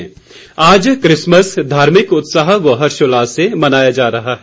Christmas नववर्ष आज Christmas धार्मिक उत्साह व हर्षोल्लास से मनाया जा रहा है